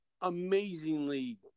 amazingly